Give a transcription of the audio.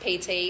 PT